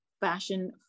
Fashion